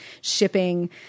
shipping